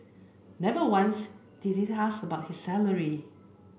never once did he ask about his salary